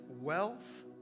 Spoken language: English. wealth